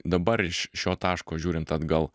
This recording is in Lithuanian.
dabar iš šio taško žiūrint atgal